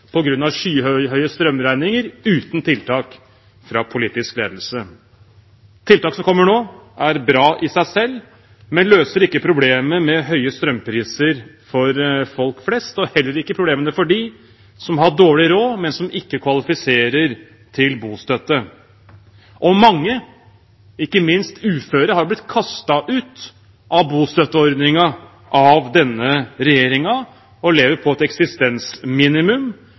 av skyhøye strømregninger uten tiltak fra politisk ledelse. Tiltak som kommer nå, er bra i seg selv, men løser ikke problemet med høye strømpriser for folk flest, og heller ikke problemene for dem som har dårlig råd, men som ikke kvalifiserer til bostøtte. Mange, ikke minst uføre, har blitt kastet ut av bostøtteordningen av denne regjeringen og lever på et eksistensminimum.